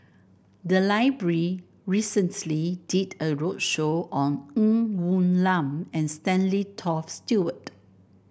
the library recently did a roadshow on Ng Woon Lam and Stanley Toft Stewart